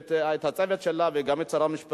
ואת הצוות שלה, וגם את שר המשפטים.